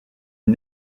une